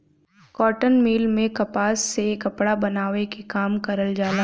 cotton mill में कपास से कपड़ा बनावे के काम करल जाला